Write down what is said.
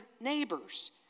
neighbors